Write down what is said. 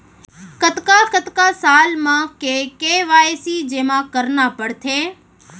कतका कतका साल म के के.वाई.सी जेमा करना पड़थे?